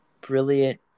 brilliant